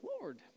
Lord